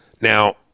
now